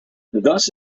thus